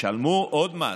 תשלמו עוד מס.